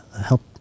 help